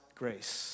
grace